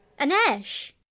Anesh